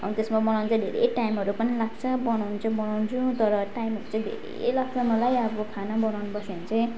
अनि त्यसमा बनाउनु चाहिँ धेरै टाइमहरू पनि लाग्छ बनाउनु चाहिँ बनाउँछु तर टाइम चाहिँ धेरै लाग्छ मलाई अब खाना बनाउनु बस्यो भने चाहिँ